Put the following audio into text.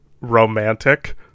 romantic